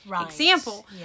example